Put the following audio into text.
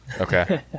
Okay